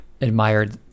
admired